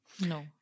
No